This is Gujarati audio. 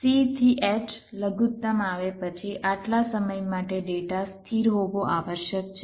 c થી h લઘુત્તમ આવે પછી આટલા સમય માટે ડેટા સ્થિર હોવો આવશ્યક છે